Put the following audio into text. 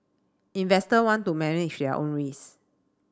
investor want to manage their own risk